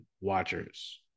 watchers